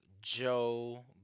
Joe